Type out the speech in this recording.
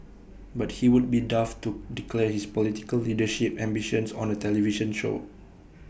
but he would be daft to declare his political leadership ambitions on A television show